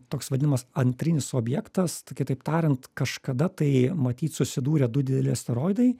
toks vadinamas antrinis objektas tai kitaip tariant kažkada tai matyt susidūrė du dideli asteroidai